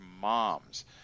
moms